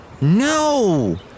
No